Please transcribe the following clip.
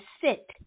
sit